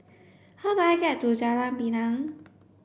how do I get to Jalan Pinang